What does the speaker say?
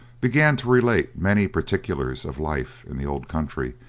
began to relate many particulars of life in the old country,